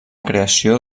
creació